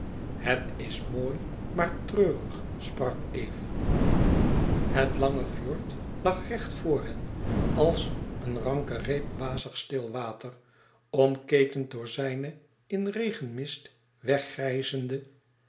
het is mooi maar treurig sprak eve het lange fjord lag recht voor hen als een ranke reep wazig stil water omketend door zijne in regenmist